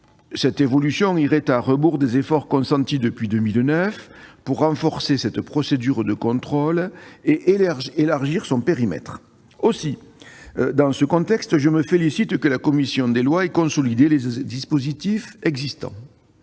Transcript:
Cette évolution irait à rebours des efforts consentis depuis 2009 pour renforcer cette procédure de contrôle et élargir son périmètre. Dans ce contexte, je me félicite donc que la commission des lois ait consolidé les dispositifs existants.